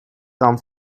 come